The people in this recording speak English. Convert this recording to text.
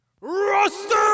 Roster